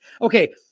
Okay